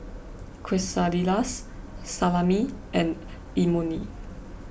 Quesadillas Salami and Imoni